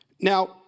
Now